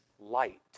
light